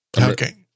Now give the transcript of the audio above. Okay